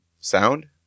sound